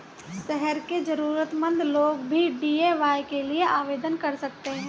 शहर के जरूरतमंद लोग भी डी.ए.वाय के लिए आवेदन कर सकते हैं